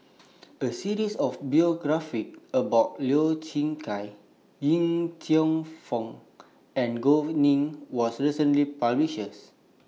A series of biographies about Lau Chiap Khai Yip Cheong Fun and Gao Ning was recently published